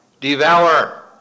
Devour